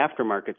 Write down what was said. aftermarket